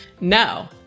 no